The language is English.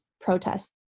protests